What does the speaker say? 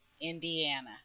Indiana